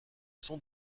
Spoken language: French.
sont